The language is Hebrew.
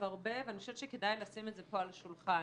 הרבה ואני חושבת שכדאי לשים את זה פה על השולחן,